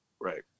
Right